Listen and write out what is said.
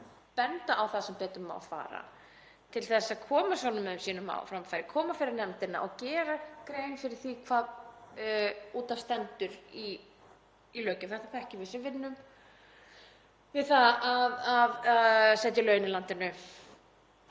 benda á það sem betur má fara, til þess að koma sjónarmiðum sínum á framfæri, koma fyrir nefndina og gera grein fyrir því hvað út af stendur í löggjöf. Þetta þekkjum við sem vinnum við það að setja lögin í landinu.